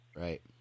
right